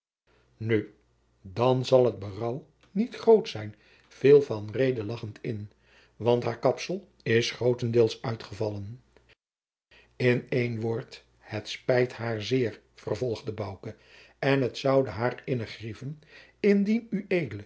nu dan zal het berouw niet groot zijn viel van reede lagchend in want haar kapsel is grootendeels uitgevallen in één woord het spijt haar zeer vervolgde bouke en het zoude haar innig grieven indien